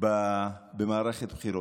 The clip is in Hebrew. במערכת בחירות.